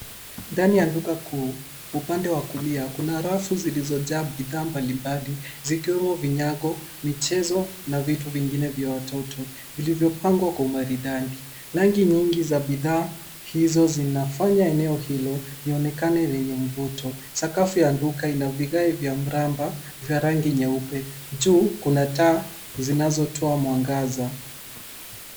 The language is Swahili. Ndani ya duka kuu, upande wa kulia, kuna rafu zilizojaa bidhaa mbalimbali, zikiwemo vinyago, michezo, na vitu vingine vya watoto, vilivyopangwa kwa umaridadi. Rangi nyingi za bidhaa hizo zinafanya eneo hilo, lionekane lenye mvuto. Sakafu ya duka ina vigae vya mraba, vya rangi nyeupe. Juu, kuna taa zinazotoa mwangaza.